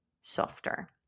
softer